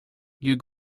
you